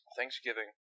Thanksgiving